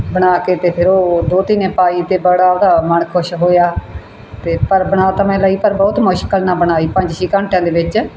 ਬਣਾ ਕੇ ਅਤੇ ਫਿਰ ਉਹ ਦੋਹਤੀ ਨੇ ਪਾਈ ਅਤੇ ਬੜਾ ਉਹਦਾ ਮਨ ਖੁਸ਼ ਹੋਇਆ ਅਤੇ ਪਰ ਬਣਾ ਤਾਂ ਮੈਂ ਲਈ ਪਰ ਬਹੁਤ ਮੁਸ਼ਕਿਲ ਨਾਲ ਬਣਾਈ ਪੰਜ ਛੇ ਘੰਟਿਆਂ ਦੇ ਵਿੱਚ